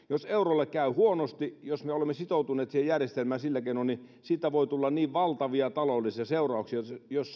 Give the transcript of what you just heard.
jos eurolle käy huonosti ja jos me olemme sitoutuneet siihen järjestelmään sillä keinoin siitä voi tulla valtavia taloudellisia seurauksia